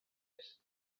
eest